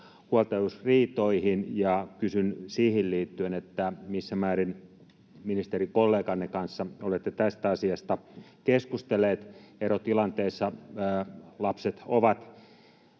huoltajuusriitoihin. Kysyn siihen liittyen, missä määrin ministerikolleganne kanssa olette tästä asiasta keskustelleet. Erotilanteessa lapset ovat